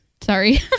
Sorry